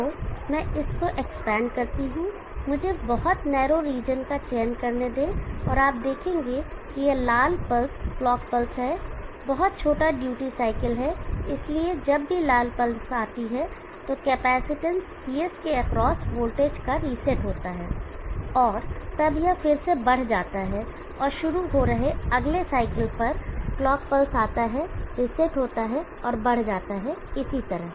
तो मैं इसको एक्सपेंड करता हूं मुझे बहुत नैरो रीजन का चयन करने दें और आप देखेंगे कि यह लाल पल्स क्लॉक पल्स है बहुत छोटा ड्यूटी साइकिल है इसलिए जब भी लाल पल्स आती है तो कैपेसिटेंस Cs के एक्रॉस वोल्टेज का रीसेट होता है और तब यह फिर से बढ़ जाता है और शुरू हो रहे अगले साइकिल पर क्लॉक पल्स आता है रीसेट होता है और बढ़ जाता है और इसी तरह